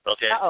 Okay